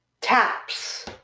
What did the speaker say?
taps